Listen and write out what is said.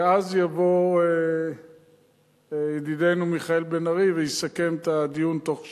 ואז יבוא ידידנו מיכאל בן-ארי ויסכם את הדיון בתוך שעה.